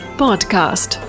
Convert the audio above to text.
podcast